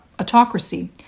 autocracy